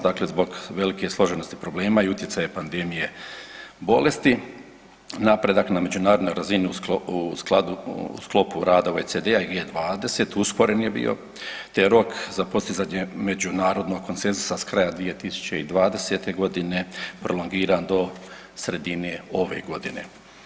Dakle, zbog velike složenosti problema i utjecaja pandemije bolesti napredak na međunarodnoj razini u skladu, u sklopu rada OECD-a i G20 usporen je bio te je rok za postizanje međunarodnog koncenzusa s kraja 2020. godine prolongiran do sredine ove godine.